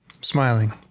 Smiling